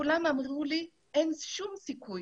כולם אמרו לי שאין שום סיכוי